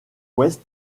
ouest